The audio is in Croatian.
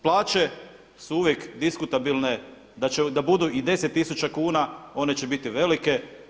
Plaće su uvijek diskutabilne da budu i 10000 kuna, one će biti velike.